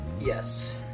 Yes